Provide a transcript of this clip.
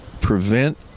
prevent